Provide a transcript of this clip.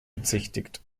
bezichtigt